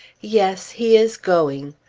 yes! he is going!